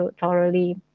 thoroughly